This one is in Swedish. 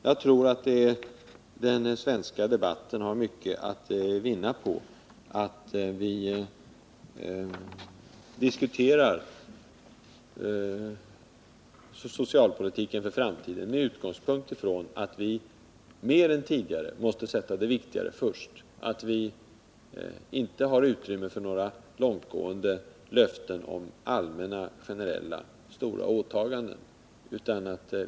Jag tror att den svenska debatten skulle vinna mycket på att vi diskuterade socialpolitiken för framtiden med utgångspunkt i att vi mer än tidigare måste sätta det viktigaste först, att vi inte har utrymme för några långtgående löften om generella, stora åtaganden.